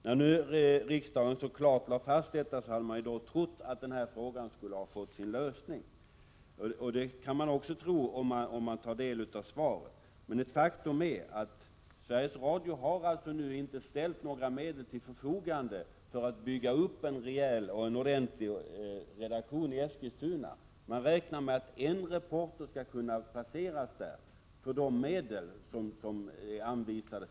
När riksdagen så klart lagt fast detta kunde man ju tro att den här frågan skulle ha fått sin lösning. Den uppfattningen får man också när man tar del av statsrådets svar. Faktum är emellertid att Sveriges Radio inte ställt några medel till förfogande för att bygga upp en rejäl redaktion i Eskilstuna. Man räknar med att en reporter skall kunna placeras där för de medel som är anvisade.